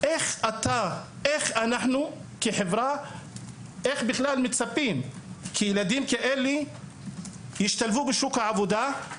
אז איך אנחנו כחברה מצפים בכלל שילדים כאלה ישתלבו בשוק העבודה?